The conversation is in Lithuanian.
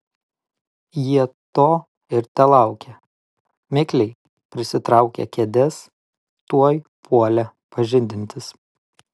jie to ir telaukė mikliai prisitraukę kėdes tuoj puolė pažindintis